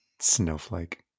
Snowflake